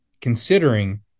considering